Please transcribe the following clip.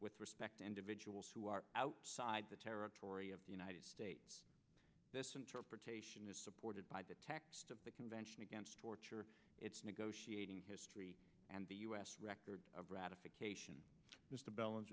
with respect individuals who are outside the territory of the united states this interpretation is supported by the text of the convention against torture it's negotiating history and the yes record of ratification